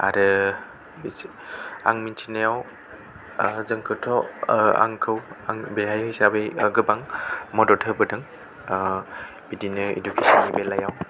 आरो आं मिथिनायाव जोंखौथ' आंखौ आं बेहाय हिसाबै गोबां मदद होबोदों बिदिनो इडुकेस'न नि बेलायाव